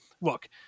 look